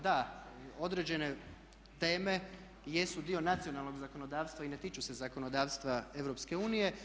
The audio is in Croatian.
Da, određene teme jesu dio nacionalnog zakonodavstva i ne tiču se zakonodavstva EU.